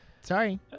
Sorry